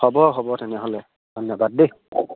হ'ব হ'ব তেনেহ'লে ধন্যবাদ দেই